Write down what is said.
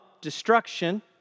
destruction